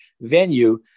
venue